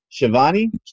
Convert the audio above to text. Shivani